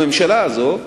הממשלה הזאת,